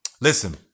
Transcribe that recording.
Listen